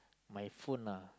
my phone lah